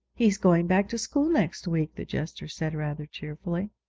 he's going back to school next week the jester said rather cheerfully.